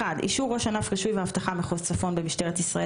האישורים): אישור ראש ענף רישוי ואבטחה מחוז צפון במשטרת ישראל